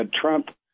Trump